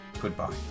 goodbye